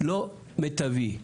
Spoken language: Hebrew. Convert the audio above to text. לא מיטבי,